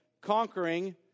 conquering